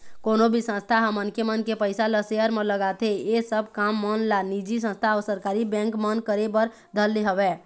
कोनो भी संस्था ह मनखे मन के पइसा ल सेयर म लगाथे ऐ सब काम मन ला निजी संस्था अऊ सरकारी बेंक मन करे बर धर ले हवय